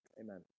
Amen